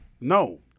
No